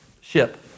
ship